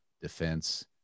defense